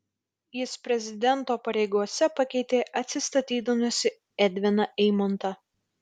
jis prezidento pareigose pakeitė atsistatydinusį edviną eimontą